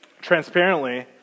Transparently